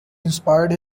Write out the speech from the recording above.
inspired